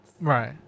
Right